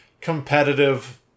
competitive